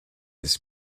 his